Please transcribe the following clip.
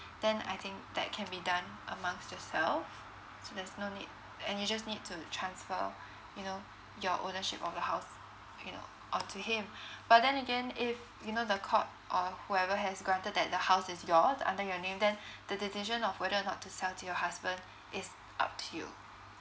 then I think that can be done amongst yourselves so there's no need and you just need to transfer you know your ownership of the house you know on to him but then again if you know the court or whoever has granted that the house is your under your name then the decision of whether not to sell to your husband is up to you